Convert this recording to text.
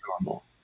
normal